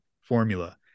formula